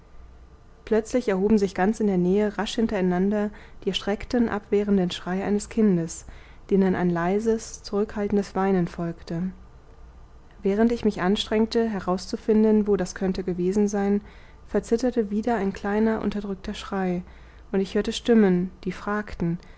plötzlich erhoben sich ganz in der nähe rasch hintereinander die erschreckten abwehrenden schreie eines kindes denen ein leises zugehaltenes weinen folgte während ich mich anstrengte herauszufinden wo das könnte gewesen sein verzitterte wieder ein kleiner unterdrückter schrei und ich hörte stimmen die fragten